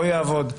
לא יעבוד,